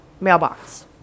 mailbox